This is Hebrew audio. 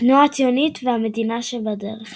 התנועה הציונית והמדינה שבדרך